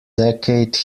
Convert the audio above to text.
decade